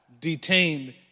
detained